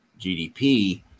GDP